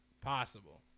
possible